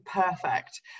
perfect